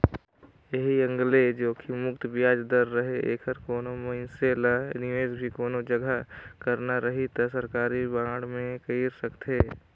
ऐही एंग ले जोखिम मुक्त बियाज दर रहें ऐखर कोनो मइनसे ल निवेस भी कोनो जघा करना रही त सरकारी बांड मे कइर सकथे